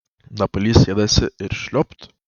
napalys sėdasi ir šliopt